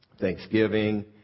Thanksgiving